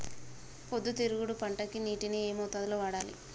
పొద్దుతిరుగుడు పంటకి నీటిని ఏ మోతాదు లో వాడాలి?